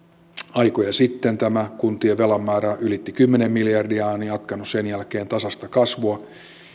aikoja sitten tämä kuntien velan määrä ylitti kymmenen miljardia ja on jatkanut sen jälkeen tasaista kasvua